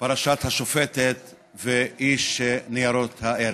פרשת השופטת ואיש ניירות הערך.